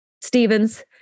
Stevens